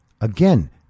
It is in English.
Again